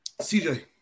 CJ